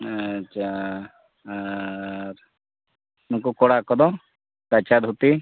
ᱦᱮᱸ ᱟᱪᱪᱷᱟ ᱟᱨ ᱱᱩᱠᱩ ᱠᱚᱲᱟ ᱠᱚᱫᱚ ᱠᱟᱪᱷᱟ ᱫᱷᱩᱛᱤ